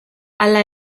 hala